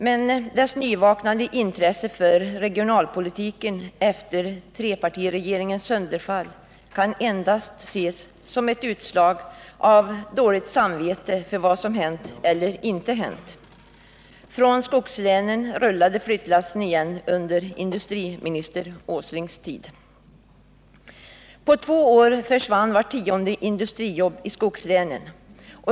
Men dess nyvaknande intresse för regionalpolitiken efter trepartiregeringens sönderfall kan endast ses som ett utslag av dåligt samvete för vad som hänt eller inte hänt. Från skogslänen rullade flyttlassen igen under industriminister Åslings tid. På två år försvann vart tionde industrijobb i skogslänen.